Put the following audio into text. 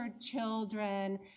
children